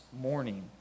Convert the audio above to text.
morning